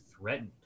threatened